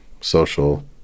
social